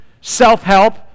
self-help